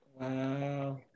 Wow